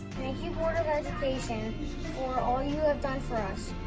thank you board of education for all you have done for us.